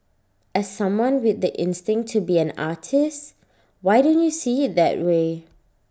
as someone with the instinct to be an artist why don't you see IT that way